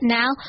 now